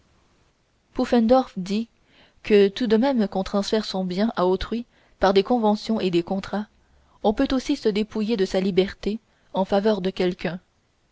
pufendorf dit que tout de même qu'on transfère son bien à autrui par des conventions et des contrats on peut aussi se dépouiller de sa liberté en faveur de quelqu'un